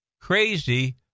crazy